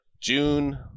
June